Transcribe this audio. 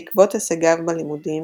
בעקבות הישגיו בלימודים,